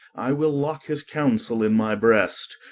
i will locke his councell in my brest,